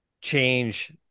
change